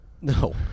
No